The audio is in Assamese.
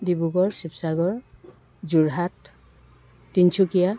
ডিব্ৰুগড় শিৱসাগৰ যোৰহাট তিনিচুকীয়া